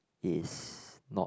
is not